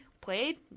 played